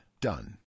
Done